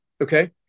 Okay